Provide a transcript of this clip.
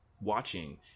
watching